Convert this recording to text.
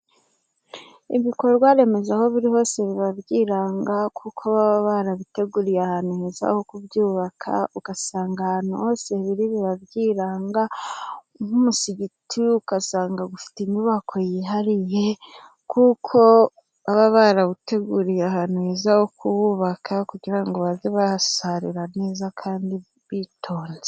Ibikorwa remezo aho biri hose biba byiranga, kuko baba barabiteguriye ahantu heza ho kubyubaka ugasanga ahantu hose biri biba byiranga, nk'umusigiti ugasanga ufite inyubako yihariye kuko baba barawuteguriye ahantu heza ho kuwubaka kugira ngo bajye bahasarira neza kandi bitonze.